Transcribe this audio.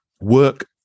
work